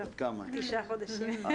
לא, היא בת תשעה חודשים.